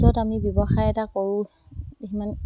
য'ত আমি ব্যৱসায় এটা কৰোঁ সিমান